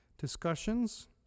discussions